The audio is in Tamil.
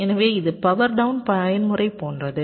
எனவே இது பவர் டவுன் பயன்முறை போன்றது